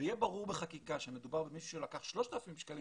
ויהיה ברור בחקיקה שמדובר במישהו שלקח 3,000 שקלים